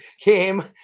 came